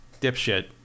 dipshit